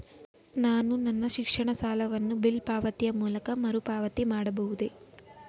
ನಾನು ನನ್ನ ಶಿಕ್ಷಣ ಸಾಲವನ್ನು ಬಿಲ್ ಪಾವತಿಯ ಮೂಲಕ ಮರುಪಾವತಿ ಮಾಡಬಹುದೇ?